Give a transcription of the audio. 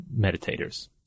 meditators